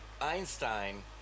Einstein